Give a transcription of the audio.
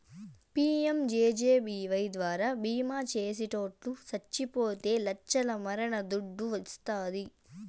PMJJBY ద్వారా బీమా చేసిటోట్లు సచ్చిపోతే లచ్చల మరణ దుడ్డు వస్తాది